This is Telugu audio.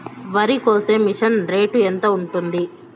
వరికోసే మిషన్ రేటు ఎంత ఉంటుంది?